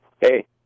Hey